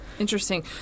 Interesting